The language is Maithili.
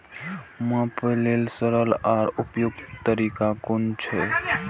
मापे लेल सरल आर उपयुक्त तरीका कुन छै?